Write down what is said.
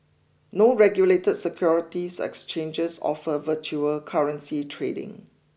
no regulated securities exchanges offer virtual currency trading